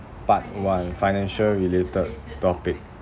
part one financial related topic